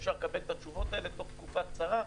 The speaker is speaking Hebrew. ואפשר לקבל את התשובות הללו תוך תקופה קצרה,